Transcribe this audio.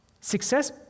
Success